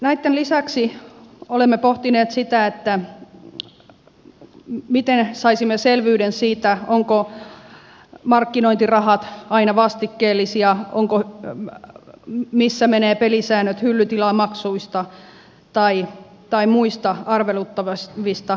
näitten lisäksi olemme pohtineet sitä miten saisimme selvyyden siitä ovatko markkinointirahat aina vastikkeellisia missä menevät pelisäännöt hyllytilamaksuista tai muista arveluttavista toimintatavoista